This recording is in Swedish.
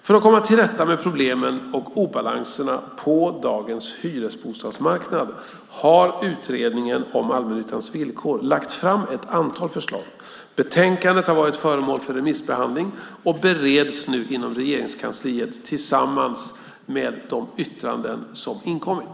För att komma till rätta med problemen och obalanserna på dagens hyresbostadsmarknad har utredningen om allmännyttans villkor lagt fram ett antal förslag. Betänkandet har varit föremål för remissbehandling och bereds nu inom Regeringskansliet tillsammans med de yttranden som inkommit.